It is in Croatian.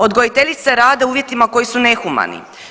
Odgojiteljice rade u uvjetima koji su nehumani.